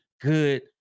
good